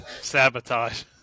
Sabotage